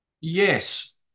Yes